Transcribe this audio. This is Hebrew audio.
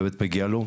ובאמת מגיע לו,